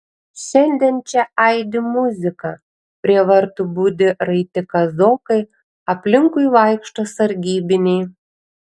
šiandien čia aidi muzika prie vartų budi raiti kazokai aplinkui vaikšto sargybiniai